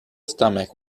stomach